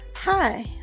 Hi